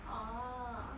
orh